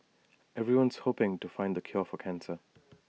everyone's hoping to find the cure for cancer